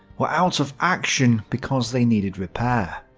were out of action because they needed repair.